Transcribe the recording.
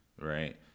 right